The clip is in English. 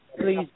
Please